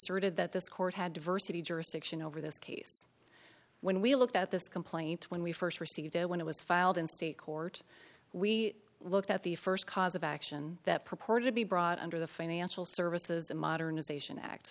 that this court had diversity jurisdiction over this case when we looked at this complaint when we st received when it was filed in state court we looked at the st cause of action that purported to be brought under the financial services modernization act